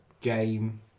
game